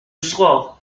soir